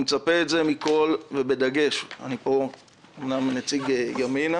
אני אמנם נציג ימינה